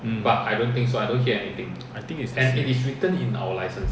mm I think it's the same